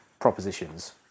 propositions